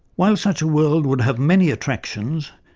while such a world would have many attractions,